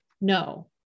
No